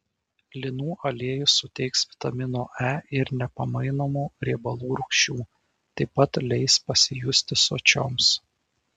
linų aliejus suteiks vitamino e ir nepamainomų riebalų rūgščių taip pat leis pasijusti sočioms